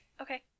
okay